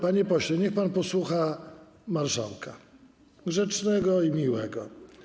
Panie pośle, niech pan posłucha marszałka, grzecznego i miłego.